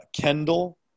Kendall